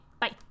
bye